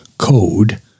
code